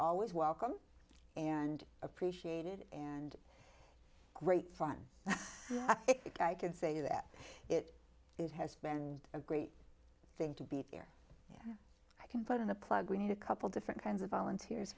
always welcome and appreciated and great fun i can say that it is has been a great thing to be here i can put in a plug we need a couple different kinds of volunteers